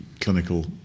clinical